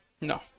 no